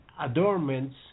adornments